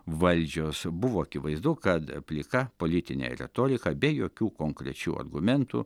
valdžios buvo akivaizdu kad plika politinė retorika be jokių konkrečių argumentų